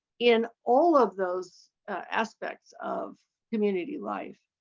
in all of those aspects of community life?